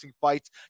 fights